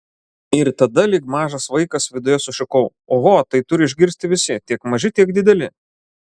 ir tada lyg mažas vaikas viduje sušukau oho tai turi išgirsti visi tiek maži tiek dideli